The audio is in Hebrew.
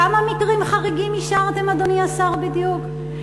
כמה מקרים חריגים אישרתם, אדוני השר, בדיוק?